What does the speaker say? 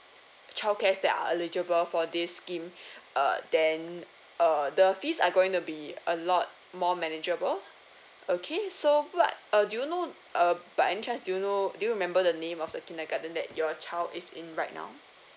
childcares that are eligible for this scheme err then err the fees are going to be a lot more manageable okay so what uh do you know uh by any chance do you know do you remember the name of the kindergarten that your child is in right now